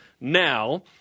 now